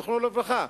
זיכרונו לברכה,